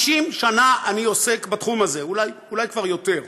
50 שנה אני עוסק בתחום הזה, אולי כבר יותר,